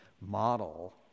model